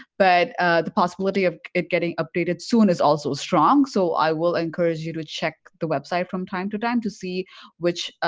but the possibility of it getting updated soon is also strong so i will encourage you to check the website from time to time to see which